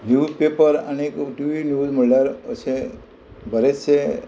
news paper आनीक TV news म्हणल्यार अशें बरेचशे